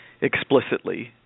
explicitly